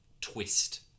twist